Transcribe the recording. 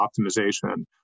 optimization